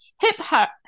hip-hop